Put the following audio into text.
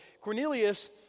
Cornelius